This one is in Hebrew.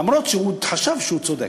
למרות שהוא חשב שהוא צודק.